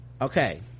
okay